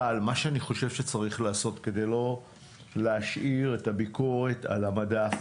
מה שאני חושב שצריך לעשות כדי לא להשאיר את הביקורת על המדף,